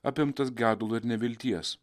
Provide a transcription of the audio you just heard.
apimtas gedulo ir nevilties